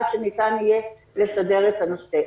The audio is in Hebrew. עד שניתן יהיה לסדר את הנושא.